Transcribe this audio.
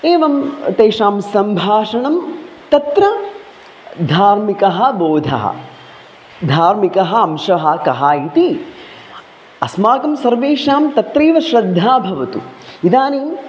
एवं तेषां सम्भाषणं तत्र धार्मिकः बोधः धार्मिकः अंशः कः इति अस्माकं सर्वेषां तत्रैव श्रद्धा भवतु इदानीम्